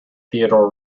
theodore